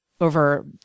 over